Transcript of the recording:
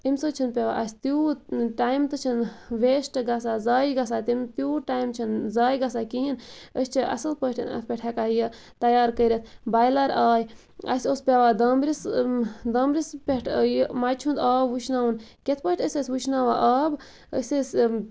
اَمہِ سۭتۍ چھُنہٕ پیٚوان اَسہِ تیوٗت ٹایم تہِ چھُنہٕ ویسٹ گژھان زایہِ گژھان تہٕ تیوٗت ٹایم چھُنہٕ زایہِ گژھان کِہینۍ أسۍ چھِ اَصٕل پٲٹھۍ اَتھ پٮ۪ٹھ یہِ ہیٚکان تَیار کٔرِتھ بۄیلَر آیہِ اَسہِ اوس پیٚوان دامبرِس دامبرِس پٮ۪ٹھ یہِ مَچہِ ہُند آب وُشناوُن کِتھ پٲٹھۍ ٲسۍ أسۍ وُشناوان آب أسۍ ٲسۍ